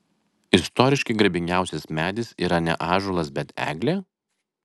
istoriškai garbingiausias medis yra ne ąžuolas bet eglė